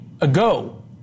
ago